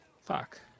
fuck